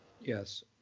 Yes